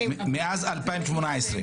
מאז 2018,